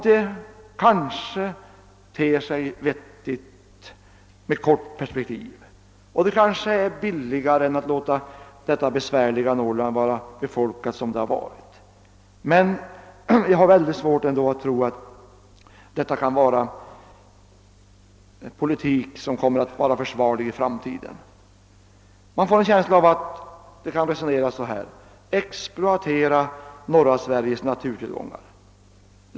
Detta kanske ter sig vettigt i ett kort perspektiv, och det är kanske billigare än att låta detta besvärliga Norrland vara befolkat som det har varit, men jag har ändå svårt att tro att detta är en politik som kommer att vara försvarlig i framtiden. Jag har en känsla av att man resonerar så här: Exploatera norra Sveriges naturtillgångar!